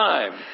Time